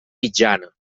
mitjana